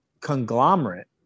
conglomerate